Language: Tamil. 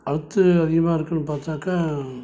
அடுத்து அதிகமாக இருக்குதுன்னு பார்த்தாக்கா